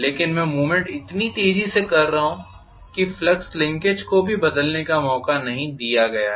लेकिन मैं मूवमेंट इतनी तेजी से कर रहा हूं कि फ्लक्स लिंकेज को भी बदलने का मौका नहीं दिया गया है